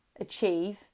achieve